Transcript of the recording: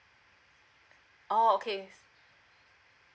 oh okay